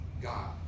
God